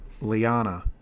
Liana